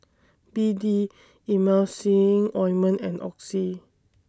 B D Emulsying Ointment and Oxy